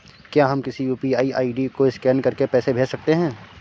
क्या हम किसी यू.पी.आई आई.डी को स्कैन करके पैसे भेज सकते हैं?